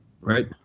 Right